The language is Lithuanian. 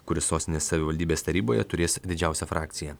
kuris sostinės savivaldybės taryboje turės didžiausią frakciją